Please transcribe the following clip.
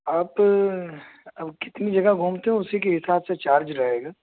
آپ اور کتنی جگہ گھومتے ہو اسی کے حساب سے چارج رہے گا